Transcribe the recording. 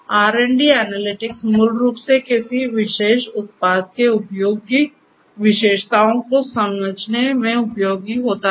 R and D analytics मूल रूप से किसी विशेष उत्पाद के उपयोग की विशेषताओं को समझने में उपयोगी होता है